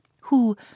who